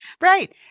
Right